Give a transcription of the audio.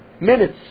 minutes